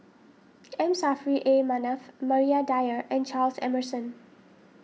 M Saffri A Manaf Maria Dyer and Charles Emmerson